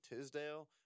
Tisdale